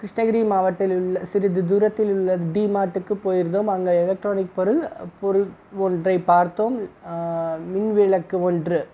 கிருஷ்ணகிரி மாவட்டில் உள்ள சிறிது தூரத்தில் உள்ள டிமார்ட்டுக்கு போயிருந்தோம் அங்கே எலக்ட்ரானிக் பொருள் பொருள் ஒன்றை பார்த்தோம் மின்விளக்கு ஒன்று